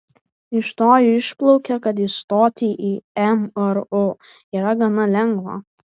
iš to išplaukia kad įstoti į mru yra gana lengva